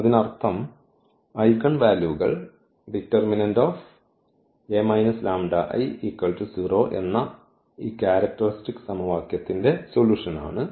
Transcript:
അതിനർത്ഥം ഐഗൺ വാല്യൂകൾ എന്ന ഈ ക്യാരക്ടർസ്റ്റിക്സ് സമവാക്യത്തിന്റെ സൊല്യൂഷൻണ്